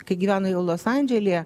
kai gyveno jau los andželyje